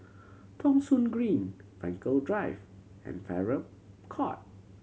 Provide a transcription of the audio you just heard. Thong Soon Green Frankel Drive and Farrer Court